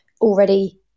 already